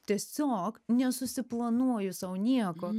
tiesiog nesusiplanuoju sau nieko